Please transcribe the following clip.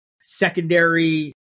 secondary